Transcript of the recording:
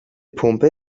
pumpe